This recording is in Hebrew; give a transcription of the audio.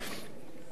טובת הציבור,